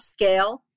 upscale